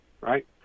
Right